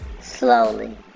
slowly